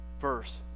verse